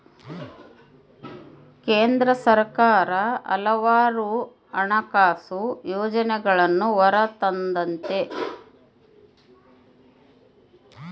ಕೇಂದ್ರ ಸರ್ಕಾರ ಹಲವಾರು ಹಣಕಾಸು ಯೋಜನೆಗಳನ್ನೂ ಹೊರತಂದತೆ